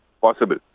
possible